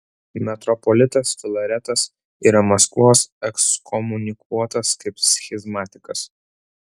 metropolitas filaretas yra maskvos ekskomunikuotas kaip schizmatikas